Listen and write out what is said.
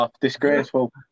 Disgraceful